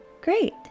Great